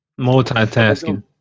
Multitasking